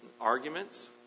arguments